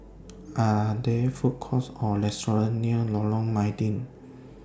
Are There Food Courts Or restaurants near Lorong Mydin